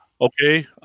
Okay